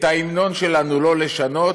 את ההמנון שלנו לא לשנות,